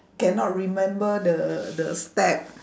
cannot remember the the step